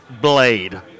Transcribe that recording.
blade